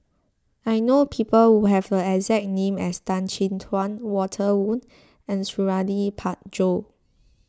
I know people who have the exact name as Tan Chin Tuan Walter Woon and Suradi Parjo